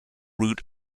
route